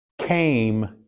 came